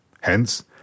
Hence